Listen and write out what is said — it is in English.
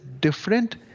different